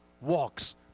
walks